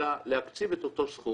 אלא להקציב את אותו סכום,